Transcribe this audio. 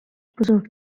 بزرگ